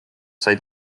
sai